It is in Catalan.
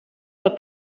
del